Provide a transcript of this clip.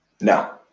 No